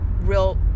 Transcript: real